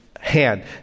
hand